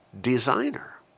designer